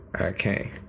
Okay